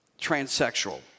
transsexual